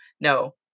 no